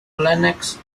lenox